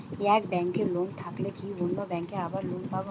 এক ব্যাঙ্কে লোন থাকলে কি অন্য ব্যাঙ্কে আবার লোন পাব?